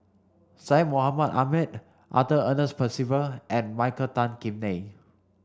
Syed Mohamed Ahmed Arthur Ernest Percival and Michael Tan Kim Nei